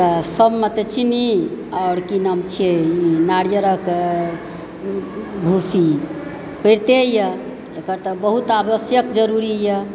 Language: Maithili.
सबमे तऽ चीनी आओर की नाम छियै ई नारियरक भूसी पड़िते यऽ एकर तऽ बहुत आवश्यक जरूरी यऽ